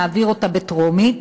נעביר אותה בקריאה טרומית.